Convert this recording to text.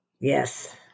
Yes